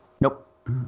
Nope